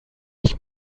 ich